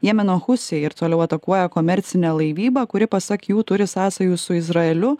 jemeno husiai ir toliau atakuoja komercinę laivybą kuri pasak jų turi sąsajų su izraeliu